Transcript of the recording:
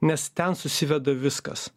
nes ten susiveda viskas